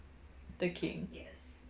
the king